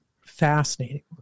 fascinating